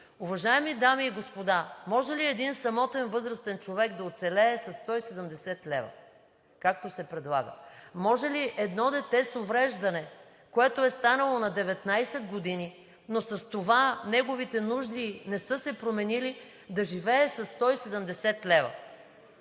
уважаеми дами и господа, може ли един самотен възрастен човек да оцелее със 170 лв., както се предлага? Може ли едно дете с увреждане, което е станало на 19 години, но с това неговите нужди не са се променили, да живее със 170 лв.?